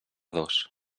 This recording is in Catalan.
dos